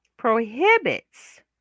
prohibits